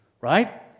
right